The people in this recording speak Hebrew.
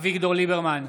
אביגדור ליברמן,